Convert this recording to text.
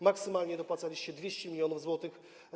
Maksymalnie dopłacaliście 200 mln zł.